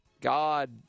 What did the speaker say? God